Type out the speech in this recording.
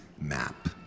map